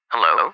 Hello